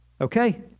okay